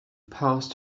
passed